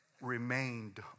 remained